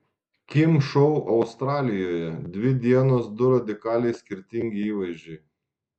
kim šou australijoje dvi dienos du radikaliai skirtingi įvaizdžiai